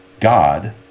God